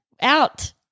Out